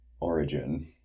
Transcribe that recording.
origin